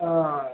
ആ